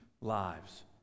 lives